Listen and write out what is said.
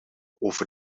over